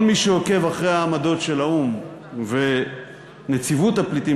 כל מי שעוקב אחרי העמדות של האו"ם ונציבות הפליטים